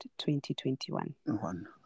2021